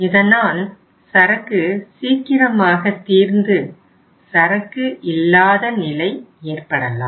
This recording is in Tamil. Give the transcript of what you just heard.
இதனால் சரக்கு சீக்கிரமாக தீர்ந்து சரக்கு இல்லாத நிலை ஏற்படலாம்